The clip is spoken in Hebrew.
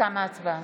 תמה ההצבעה.